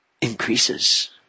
increases